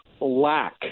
lack